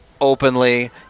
openly